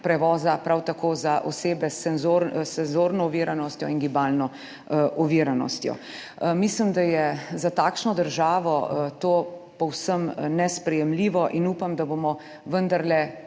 prevoza, prav tako za osebe s senzorno oviranostjo in gibalno oviranostjo. Mislim, da je za takšno državo to povsem nesprejemljivo in upam, da bomo vendarle